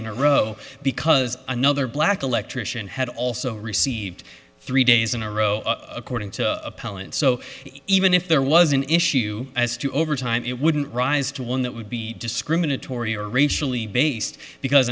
in a row because another black electrician had also received three days in a row according to appellant so even if there was an issue as to overtime it wouldn't rise to one that would be discriminatory or racially based because